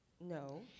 no